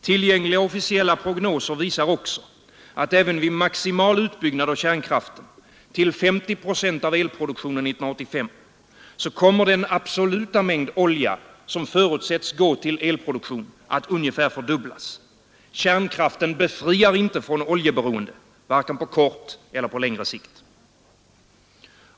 Tillgängliga officiella prognoser visar också, att även vid maximal utbyggnad av kärnkraften — till 50 procent av elproduktionen 1985 — kommer den absoluta mängd olja som förutsätts gå till elproduktion att ungefär fördubblas. Kärnkraften befriar inte från oljeberoende, vare sig på kort eller på längre sikt.